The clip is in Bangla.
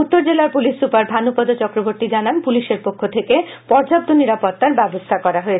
উত্তর জেলার পুলিশ সুপার ভানুপদ চক্রবর্তী জানান পুলিশের পক্ষ থেকে পর্যাপ্ত নিরাপত্তার ব্যবস্থা করা হয়েছে